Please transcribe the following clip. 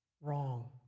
wrong